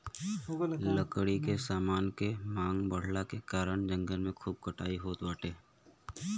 लकड़ी के समान के मांग बढ़ला के कारण जंगल के खूब कटाई होत बाटे